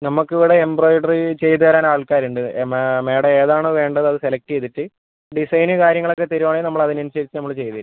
നമുക്കിവിടെ എംബ്രോയിഡറി ചെയ്തുതരാൻ ആൾക്കാരുണ്ട് മാ മാഡം ഏതാണോ വേണ്ടത് അത് സെലക്റ്റ് ചെയ്തിട്ട് ഡിസൈൻ കാര്യങ്ങളൊക്കെ തരുവാണെങ്കിൽ നമ്മളതിനനുസരിച്ച് നമ്മൾ ചെയ്തുതരും